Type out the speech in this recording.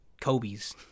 Kobe's